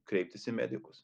kreiptis į medikus